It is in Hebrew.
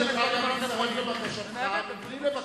אני דרך אגב מצטרף לבקשתך, גם אני מבקש,